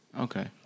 Okay